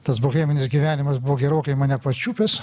tas boheminis gyvenimas buvo gerokai mane pačiupęs